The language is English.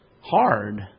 hard